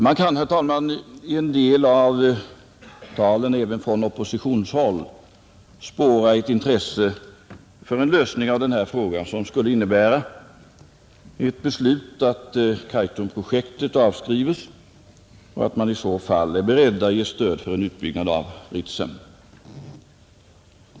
Man kan, herr talman, i en del av talen även från oppositionshåll spåra ett intresse för en lösning av denna fråga, som skulle innebära ett beslut att Kaitumprojektet avskrivs och att man i så fall är beredd att ge stöd för en utbyggnad av Ritsem.